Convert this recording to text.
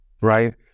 right